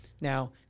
Now